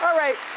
ah right,